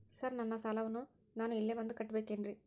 Sir ನನ್ನ ಸಾಲವನ್ನು ನಾನು ಇಲ್ಲೇ ಬಂದು ಕಟ್ಟಬೇಕೇನ್ರಿ?